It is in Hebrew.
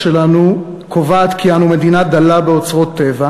שלנו קובעת כי אנו מדינה דלה באוצרות טבע